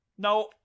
now